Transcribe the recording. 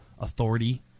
authority